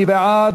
מי בעד?